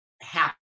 happy